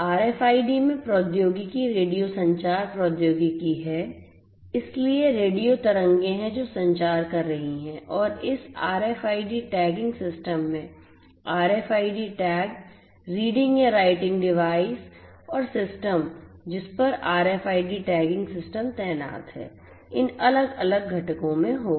तो RFID में प्रौद्योगिकी रेडियो संचार प्रौद्योगिकी है इसलिए रेडियो तरंगें हैं जो संचार कर रही हैं और इस RFID टैगिंग सिस्टम में RFID टैग रीडिंग या राइटिंग डिवाइस और सिस्टम जिस पर RFID टैगिंग सिस्टम तैनात है इन अलग अलग घटकों में होगा